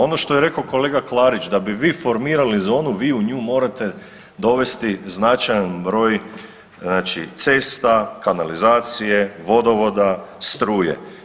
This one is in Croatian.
Ono što je rekao kolega Klarić da bi vi formirali zonu vi u nju morate dovesti značajan broj znači cesta, kanalizacije, vodovoda, struje.